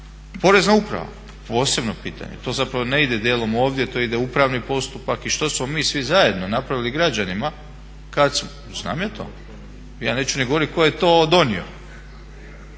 Porezna uprava, posebno pitanje. To zapravo ne ide dijelom ovdje, to ide u upravni postupak. I što smo mi svi zajedno napravili građanima. Znam ja to, ja neću ni govoriti tko je to donio.